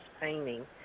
Painting